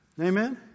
Amen